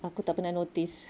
aku tak pernah notice